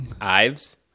Ives